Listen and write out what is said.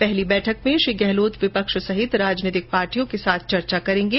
पहली बैठक में श्री गहलोत विपक्ष सहित राजनीतिक पार्टियों के साथ चर्चा करेंगे